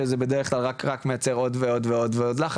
שזה בדרך כלל רק מייצר עוד ועוד לחץ,